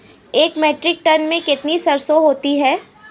एक metric ton में कितनी सरसों होती है?